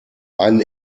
einen